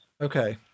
Okay